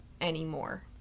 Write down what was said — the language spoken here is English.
anymore